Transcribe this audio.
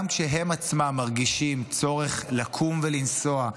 גם כשהם עצמם מרגישים צורך לקום ולנסוע,